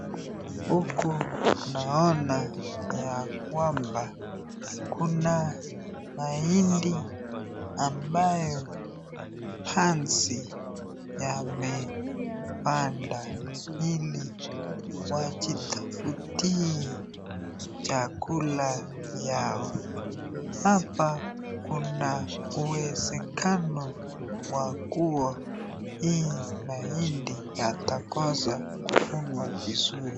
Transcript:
Huku naona ya kwamba kuna mahindi ambayo panzi yamepanda ili wajitafutie chakula yao, hapa kuna uwezekano wa kuwa hii mahindi yatakosa kukua vizuri.